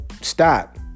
stop